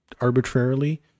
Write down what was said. arbitrarily